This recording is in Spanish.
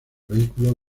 vehículo